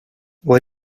what